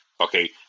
Okay